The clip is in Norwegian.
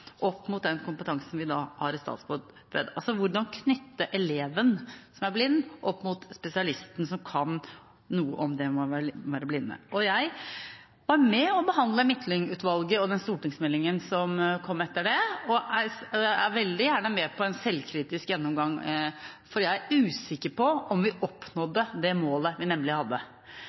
å være blind. Jeg var med og behandlet Midtlyng-utvalgets rapport og den stortingsmeldingen som kom etter det, og er veldig gjerne med på en selvkritisk gjennomgang, for jeg er usikker på om vi oppnådde det målet vi nemlig hadde.